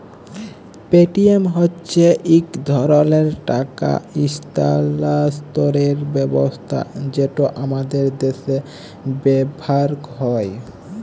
Paytm হছে ইক ধরলের টাকা ইস্থালাল্তরের ব্যবস্থা যেট আমাদের দ্যাশে ব্যাভার হ্যয়